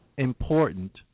important